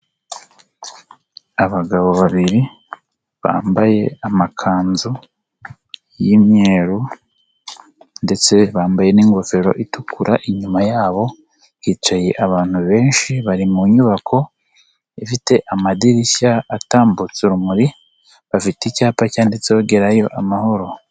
Abagabo babiri bambaye amakanzu y'imyeru ndetse bambaye n'ingofero itukura, inyuma yabo hicaye abantu benshi bari mu nyubako ifite amadirishya atambutsa urumuri, bafite icyapa cyanditse Gerayo Amahoro.